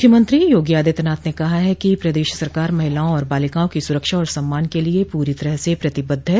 मुख्यमंत्री योगी आदित्यनाथ ने कहा है कि प्रदेश सरकार महिलाओं और बालिकाओं की सुरक्षा और सम्मान के प्रति पूरी तरह से प्रतिबद्ध है